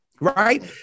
right